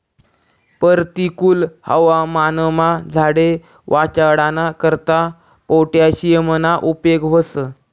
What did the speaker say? परतिकुल हवामानमा झाडे वाचाडाना करता पोटॅशियमना उपेग व्हस